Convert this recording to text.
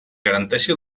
garanteixi